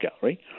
gallery